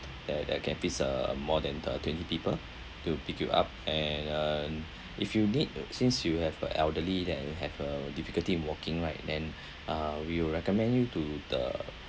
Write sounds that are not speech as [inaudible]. that that can fits uh more than uh twenty people to pick you up and uh if you need [noise] since you have a elderly that have uh difficulty in walking right then uh we will recommend you to the